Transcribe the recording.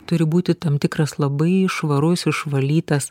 turi būti tam tikras labai švarus išvalytas